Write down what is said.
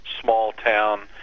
small-town